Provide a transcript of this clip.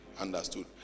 understood